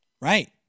Right